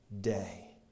day